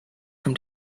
from